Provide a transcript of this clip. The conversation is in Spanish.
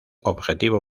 objetivo